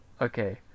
Okay